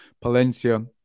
Palencia